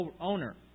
owner